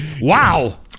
Wow